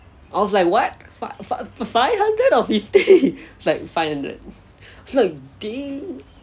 I was like what five five five hundred or fifty he's like five hundred it's like dey